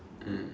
mm